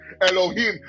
Elohim